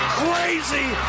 crazy